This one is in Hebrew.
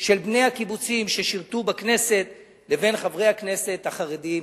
בין בני הקיבוצים ששירתו בכנסת לבין חברי הכנסת החרדים